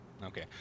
Okay